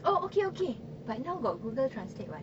oh okay okay but now got Google translate [what]